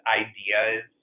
ideas